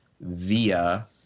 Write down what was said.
via –